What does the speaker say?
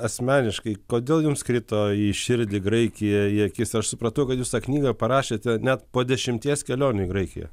asmeniškai kodėl jums krito į širdį graikija į akis aš supratau kad jūs tą knygą parašėte net po dešimties kelionių į graikiją